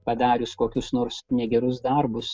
padarius kokius nors negerus darbus